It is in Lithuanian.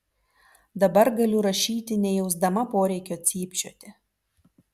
dabar galiu rašyti nejausdama poreikio cypčioti